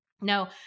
No